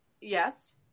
Yes